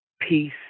peace